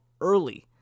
early